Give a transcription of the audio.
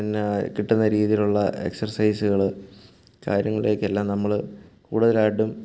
പിന്നെ കിട്ടുന്ന രീതിലുള്ള എക്സ്ർസൈസുകൾ കാര്യങ്ങളിലേക്കെല്ലാം നമ്മൾ കൂടുതലായിട്ടും